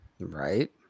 Right